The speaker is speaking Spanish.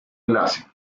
enlace